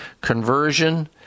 conversion